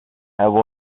have